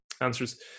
answers